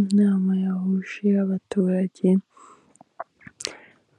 Inama yahuje abaturage